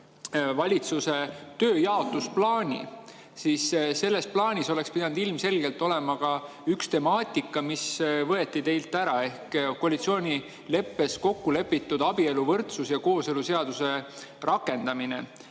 valitsuse tööjaotusplaani, oleks selles plaanis pidanud ilmselgelt olema ka üks temaatika, mis võeti teilt ära, ehk koalitsioonileppes kokku lepitud abieluvõrdsuse ja kooseluseaduse rakendamine.